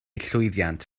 llwyddiant